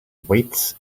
weights